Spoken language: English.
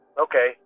Okay